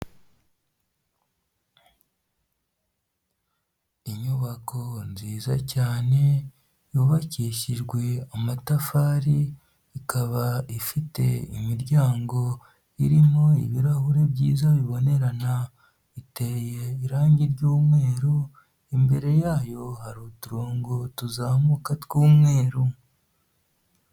Inyubako nziza cyane, yubakishijwe amatafari, ikaba ifite imiryango irimo ibirahure byiza bibonerana, iteye irangi ry'umweru, imbere yayo hari uturongo tuzamuka tw'umweru.